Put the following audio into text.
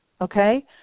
Okay